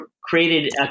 created